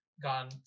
gone